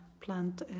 plant